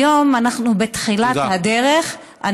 היום אנחנו בתחילת הדרך.